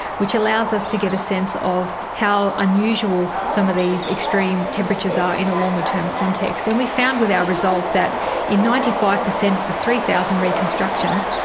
which allows us to get a sense of how unusual some of these extreme temperatures are in a longer-term context. and we found with our results that in ninety five percent of the three thousand reconstructions,